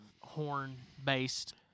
horn-based